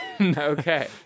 okay